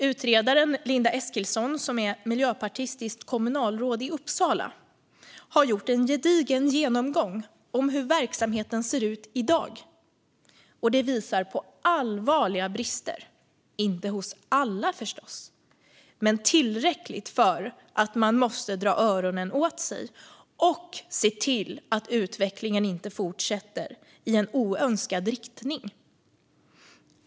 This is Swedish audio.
Utredaren Linda Eskilsson, som är miljöpartistiskt kommunalråd i Uppsala, har gjort en gedigen genomgång av hur verksamheten ser ut i dag. Den visar på allvarliga brister - inte hos alla, förstås, men tillräckligt för att man måste dra öronen åt sig och se till att utvecklingen inte fortsätter i en oönskad riktning.